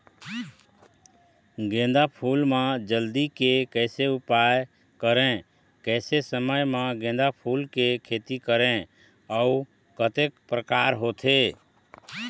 गेंदा फूल मा जल्दी के कैसे उपाय करें कैसे समय मा गेंदा फूल के खेती करें अउ कतेक प्रकार होथे?